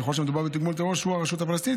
ככל שמדובר במתגמל טרור שהוא הרשות הפלסטינית,